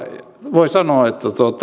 voi sanoa että